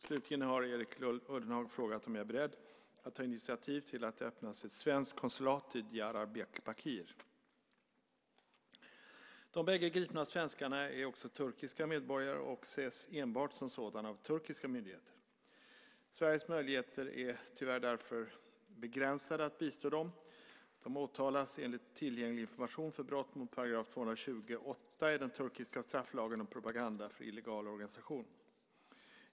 Slutligen har Erik Ullenhag frågat om jag är beredd att ta initiativ till att det öppnas ett svenskt konsulat i Diyarbakir. De bägge gripna svenskarna är också turkiska medborgare och ses enbart som sådana av turkiska myndigheter. Sveriges möjligheter att bistå dem är därför begränsade. De åtalas enligt tillgänglig information för brott mot § 220:8 i den turkiska strafflagen om propaganda för illegal organisation.